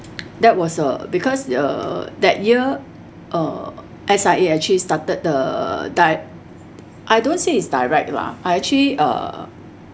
that was uh because err that year uh S_I_A actually started the di~ I don't say it's direct lah I actually uh